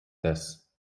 this